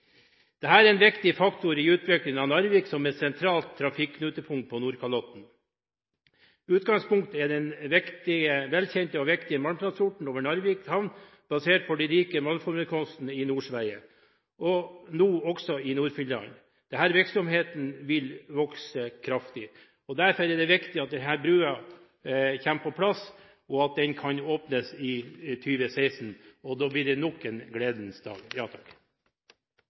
nevnt. Her i Stortinget har Hålogalandsbrua vært et tema – som jeg sa – siden 2003, og vært omtalt i våre nasjonale transportplaner, sist i den som ligger på bordet i dag. Dette er en viktig faktor i utviklingen av Narvik som et sentralt trafikknutepunkt på Nordkalotten. Utgangspunktet er den velkjente og viktige malmtransporten over Narvik havn basert på de rike malmforekomstene i Nord-Sverige, og nå også i Nord-Finland. Denne virksomheten vil vokse kraftig, og derfor er det viktig at denne brua kommer på